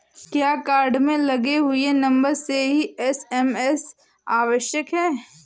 क्या कार्ड में लगे हुए नंबर से ही एस.एम.एस आवश्यक है?